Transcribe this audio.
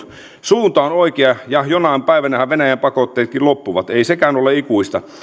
suunta on oikea ja jonain päivänähän venäjän pakotteetkin loppuvat ei sekään ole ikuista